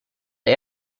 der